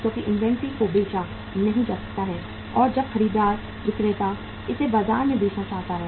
क्योंकि इन्वेंट्री को बेचा नहीं जा सकता है और जब खरीदार विक्रेता इसे बाजार में बेचना चाहता है